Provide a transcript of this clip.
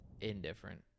indifferent